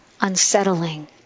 Unsettling